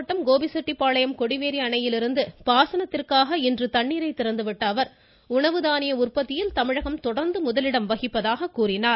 மாவட்டம் கோபிசெட்டிப்பாளையம் கொடிவேரி அணையிலிருந்து ரோடு பாசனத்திற்காக தண்ணீரை திறந்து விட்ட அவர் உணவு தானிய உற்பத்தியில் தமிழகம் தொடர்ந்து முதலிடம் வகிப்பதாக கூறினார்